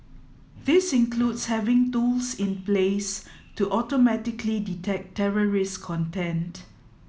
this includes having tools in place to automatically detect terrorist content